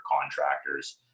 contractors